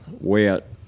wet